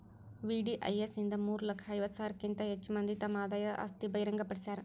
VDIS ಇಂದ ಮೂರ ಲಕ್ಷ ಐವತ್ತ ಸಾವಿರಕ್ಕಿಂತ ಹೆಚ್ ಮಂದಿ ತಮ್ ಆದಾಯ ಆಸ್ತಿ ಬಹಿರಂಗ್ ಪಡ್ಸ್ಯಾರ